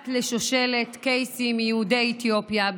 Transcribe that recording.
בת לשושלת קייסים מיהודי אתיופיה,